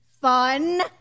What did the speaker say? fun